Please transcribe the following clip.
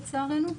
לצערנו.